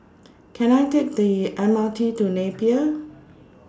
Can I Take The M R T to Napier